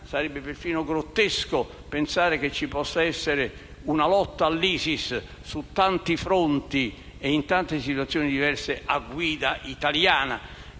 sarebbe grottesco pensare che ci possa essere una lotta all'ISIS su tanti fronti e in tante situazioni diverse a guida italiana.